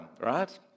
right